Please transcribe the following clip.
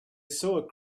saw